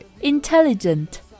Intelligent